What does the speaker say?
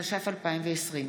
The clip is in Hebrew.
התש"ף 2020,